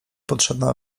potrzebna